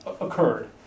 occurred